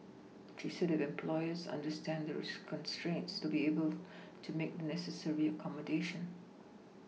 she said if employers understand the constraints they will be able to make the necessary accommodation